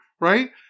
Right